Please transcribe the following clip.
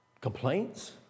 Complaints